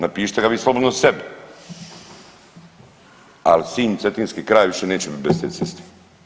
Napišite ga vi slobodno sebi, ali Sinj i cetinski kraj više neće biti bez te ceste.